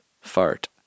fart